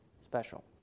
special